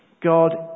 God